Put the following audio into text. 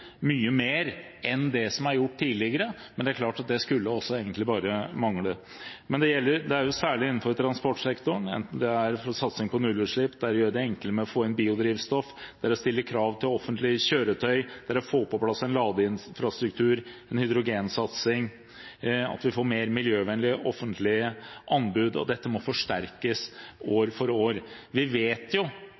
som er gjort tidligere, men det er klart at det skulle også egentlig bare mangle. Dette gjelder særlig innenfor transportsektoren, enten det er satsing på nullutslipp, det er å gjøre det enklere å få inn biodrivstoff, det er å stille krav til offentlige kjøretøy, eller det er å få på plass en ladeinfrastruktur, en hydrogensatsing og å få mer miljøvennlige offentlige anbud. Dette må forsterkes år for år. Vi vet